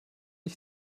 ich